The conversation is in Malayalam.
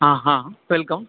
ആഹാ വെൽക്കം